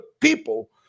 people